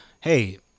hey